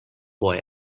boy